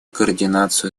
координацию